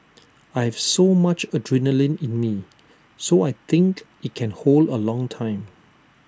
I have so much adrenaline in me so I think IT can hold A long time